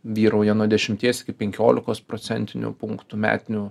vyrauja nuo dešimties iki penkiolikos procentinių punktų metinių